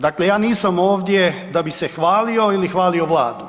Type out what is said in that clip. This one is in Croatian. Dakle, ja nisam ovdje da bi se hvalio ili hvalio Vladu.